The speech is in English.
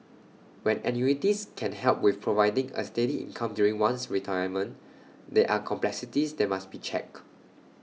when annuities can help with providing A steady income during one's retirement there are complexities that must be checked